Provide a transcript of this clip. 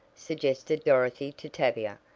suggested dorothy to tavia,